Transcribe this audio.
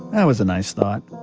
that was a nice thought.